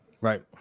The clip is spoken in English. right